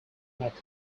method